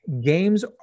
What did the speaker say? games